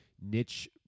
niche